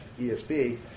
ESB